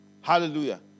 Hallelujah